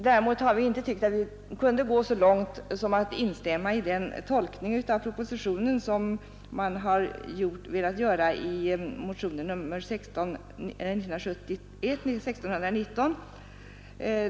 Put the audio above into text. Däremot har vi inte tyckt att vi kunde gå så långt att vi instämmer i den tolkning av propositionen som man velat göra i motionen 1619.